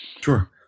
Sure